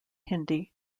hindi